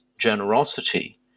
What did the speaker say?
generosity